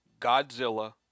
Godzilla